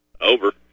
Over